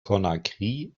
conakry